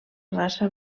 raça